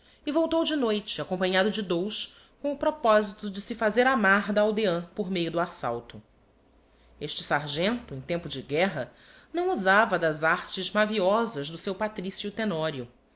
e voltou de noite acompanhado de dous com o proposito de se fazer amar da aldeã por meio do assalto este sargento em tempo de guerra não usava das artes maviosas do seu patricio tenorio